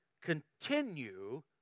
continue